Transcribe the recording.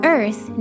Earth